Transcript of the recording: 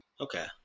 Okay